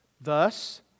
Thus